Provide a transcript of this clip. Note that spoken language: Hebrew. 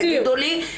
תגידו לו,